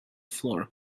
floor